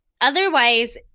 otherwise